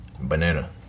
Banana